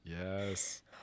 yes